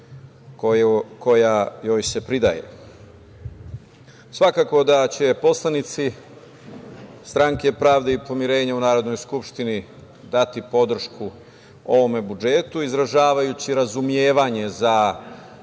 koja joj se pridaje. Svakako da će poslanici stranke Pravde i pomirenja u Narodnoj skupštini dati podršku ovom budžetu, izražavajući razumevanje za